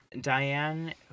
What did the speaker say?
Diane